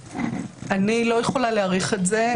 אני לא יכולה להעריך את זה.